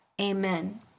amen